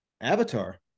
Avatar